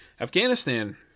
Afghanistan